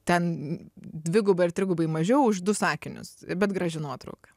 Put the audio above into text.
ten dvigubai ar trigubai mažiau už du sakinius bet graži nuotrauka